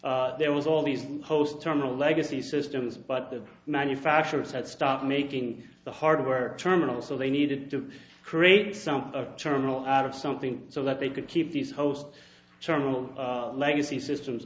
there was all these post terminal legacy systems but the manufacturers had start making the hard work terminal so they needed to create something a terminal out of something so that they could keep these host terminal legacy systems